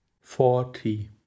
forty